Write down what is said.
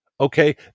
Okay